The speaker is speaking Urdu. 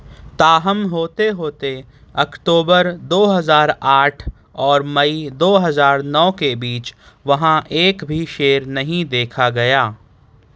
تاہم ہوتے ہوتے اکتوبر دو ہزار آٹھ اور مئی دو ہزار نو کے بیچ وہاں ایک بھی شیر نہیں دیکھا گیا